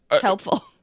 Helpful